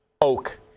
oak